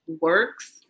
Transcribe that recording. works